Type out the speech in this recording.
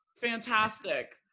fantastic